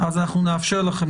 אז אנחנו נאפשר לכם,